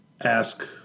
ask